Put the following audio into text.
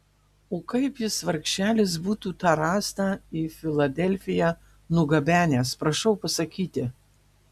o kaip jis vargšelis būtų tą rąstą į filadelfiją nugabenęs prašau pasakyti